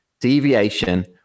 deviation